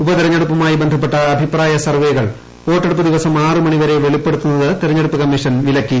ഉപതെരഞ്ഞെടുപ്പുമായി ബ്ദ്ധപ്പെട്ട അഭിപ്രായ സർവ്വെകൾ വോട്ടെടുപ്പു ദിവസം ആറുമണിവരെ വെളിപ്പെടുത്തുന്നത് തെരഞ്ഞെടുപ്പു കമ്മീഷൻ വിലക്കി